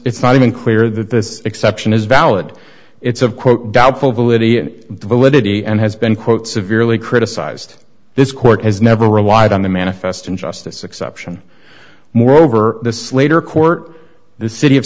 it's not even clear that this exception is valid it's of quote doubtful validity validity and has been quote severely criticized this court has never relied on the manifest injustice exception moreover the slater court the city of